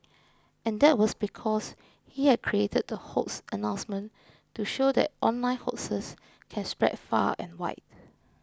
and that was because he had created the hoax announcement to show that online hoaxes can spread far and wide